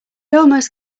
almost